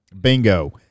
Bingo